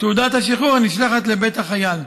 תעודת השחרור הנשלחת לבית החייל.